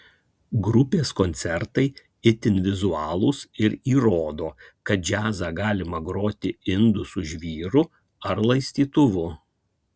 grupės koncertai itin vizualūs ir įrodo kad džiazą galima groti indu su žvyru ar laistytuvu